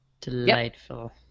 Delightful